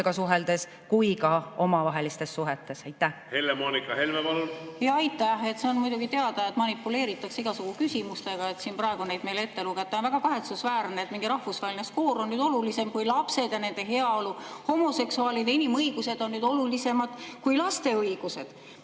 suheldes kui ka omavahelistes suhetes. Helle‑Moonika Helme, palun! Aitäh! See on muidugi teada, et manipuleeritakse igasugu küsimustega. Siin praegu seda meile ette lugeda on väga kahetsusväärne – mingi rahvusvaheline skoor on nüüd olulisem kui lapsed ja nende heaolu, homoseksuaalide inimõigused on nüüd olulisemad kui laste õigused!